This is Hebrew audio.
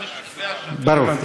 הבנתי.